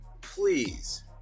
please